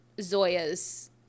Zoya's